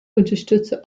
unterstütze